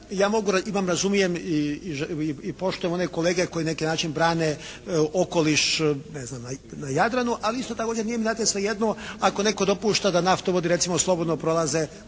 ja mogu, imam, razumijem i poštujem one kolege koji na neki način brane okoliš ne znam na Jadranu. Ali isto tako znate nije mi znate svejedno ako netko dopušta da naftovodi recimo slobodno prolaze